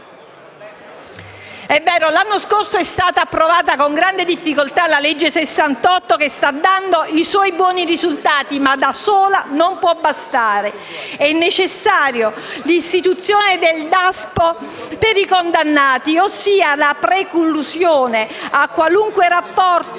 È vero che l'anno scorso è stata approvata con grande difficoltà la legge n. 68 che sta dando buoni risultati, ma da sola non può bastare. È necessaria l'istituzione del DASPO per i condannati, cioè la preclusione a qualunque rapporto